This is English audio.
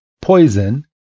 Poison